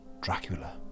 Dracula